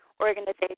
organization